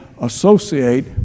associate